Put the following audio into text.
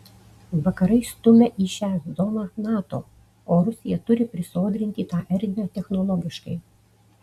vakarai stumia į šią zoną nato o rusija turi prisodrinti tą erdvę technologiškai